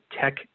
tech